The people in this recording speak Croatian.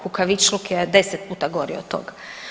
Kukavičluk je 10 puta gori od toga.